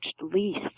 least